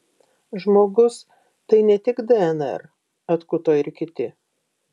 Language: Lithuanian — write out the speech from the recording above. žmogus tai ne tik dnr atkuto ir kiti